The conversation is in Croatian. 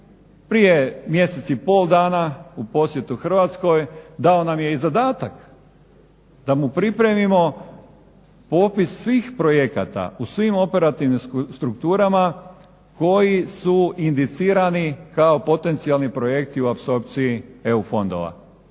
Prije mjesec i pol dana u posjetu Hrvatskoj dao nam je i zadatak, da mu pripremimo popis svih projekata u svim operativnim strukturama koji su indicirani kao potencijalni projekti u apsorpciji EU fondova.